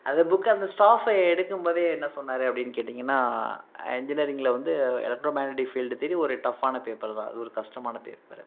அதை புக்கு அந்த ஸ்டாஃபு எடுக்கும் போதே என்ன சொன்னார் அப்படின்னு கேட்டீங்கன்னா இன்ஜினியரிங்கில் வந்து எலக்ட்ரோ மேக்னெட்டிக் ஃபீல்டு தியரி ஒரு டஃப்பான பேப்பர் தான் அது ஒரு கஷ்டமான பேப்பரு